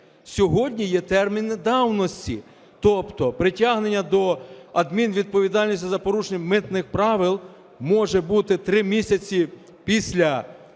Сьогодні є терміни давності, тобто притягнення до адмінвідповідальності за порушення митних правил може бути 3 місяці після